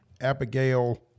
Abigail